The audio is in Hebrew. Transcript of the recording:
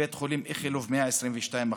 בבית חולים איכילוב, 122%,